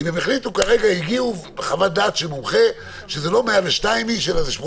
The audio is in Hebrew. אם הם החליטו כרגע לפי חוות דעת של מומחה שזה לא 102 איש אלא 82